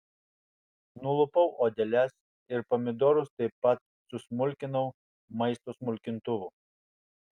nulupau odeles ir pomidorus taip pat susmulkinau maisto smulkintuvu